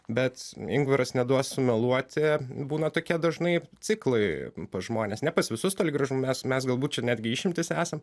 bet ingvaras neduos sumeluoti būna tokie dažnai ciklai pas žmones ne pas visus toli gražu mes mes galbūt netgi išimtys esam